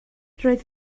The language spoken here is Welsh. roedd